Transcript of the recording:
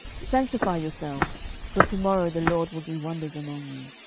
sanctify yourselves for to morrow the lord will do wonders among you.